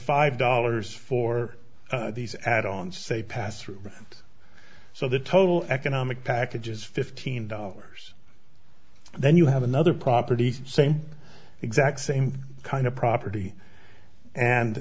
five dollars for these add on say passthrough so the total economic package is fifteen dollars then you have another property same exact same kind of property and